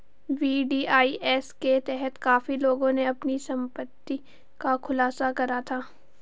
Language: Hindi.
वी.डी.आई.एस के तहत काफी लोगों ने अपनी संपत्ति का खुलासा करा था